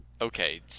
okay